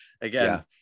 again